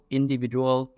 individual